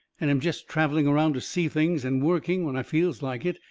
and am jest travelling around to see things, and working when i feels like it,